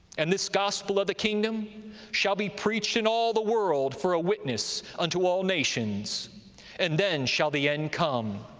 and this gospel of the kingdom shall be preached in all the world for a witness unto all nations and then shall the end come.